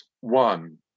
one